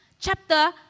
chapter